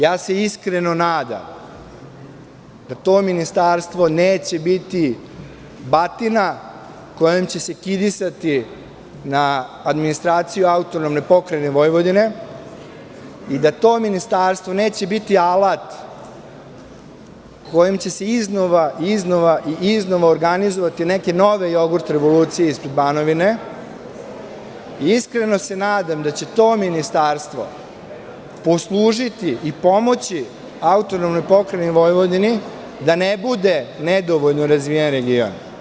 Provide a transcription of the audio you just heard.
Ja se iskreno nadam da to ministarstvo neće biti batina kojom će se kidisati na administraciju AP Vojvodine i da to ministarstvo neće biti alat kojim će se iznova i iznova organizovati neke nove „Jogurt revolucije“ iz Banovine i iskreno se nadam da će to ministarstvo poslužiti i pomoći AP Vojvodini da ne bude nedovoljno razvijen region.